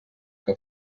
que